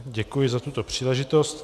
Děkuji za tuto příležitost.